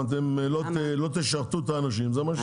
אם לא תשרתו את האנשים זה מה שיקרה.